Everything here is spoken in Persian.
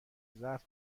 ضعف